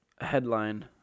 headline